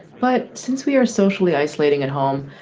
but since we are socially isolating at home,